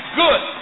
good